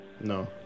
No